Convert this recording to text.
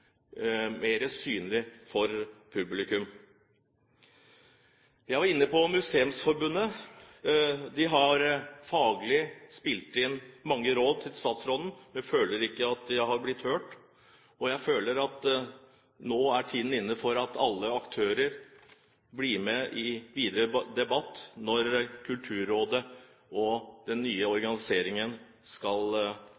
mer synlig for publikum. Jeg var inne på Museumsforbundet. De har faglig spilt inn mange råd til statsråden, men de føler ikke at de har blitt hørt. Jeg føler at tiden nå er inne til at alle aktører blir med i den videre debatten når Kulturrådet og den nye